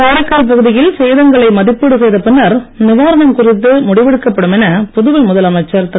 காரைக்கால் பகுதியில் சேதங்களை மதிப்பீடு செய்த பின்னர் நிவாரணம் குறித்து முடிவெடுக்கப்படும் என புதுவை திரு